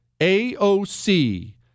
AOC